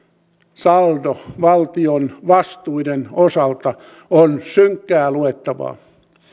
saldo valtion vastuiden osalta on synkkää luettavaa